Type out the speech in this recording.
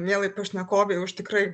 mielai pašnekovei už tikrai